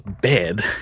bed